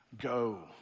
Go